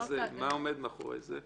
מה עומד מאחורי זה?